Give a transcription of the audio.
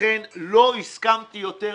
לכן לא הסכמתי יותר להתפשר.